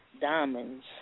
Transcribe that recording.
Diamonds